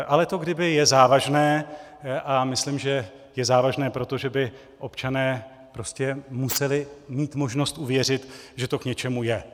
Ale to kdyby je závažné a myslím, že je závažné proto, že by občané prostě museli mít možnost uvěřit, že to k něčemu je.